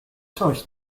coś